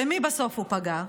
במי בסוף הוא פגע?